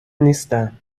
نیستم